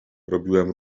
robiłem